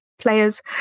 players